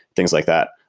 things like that.